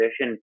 position